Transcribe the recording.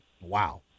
Wow